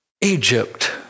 Egypt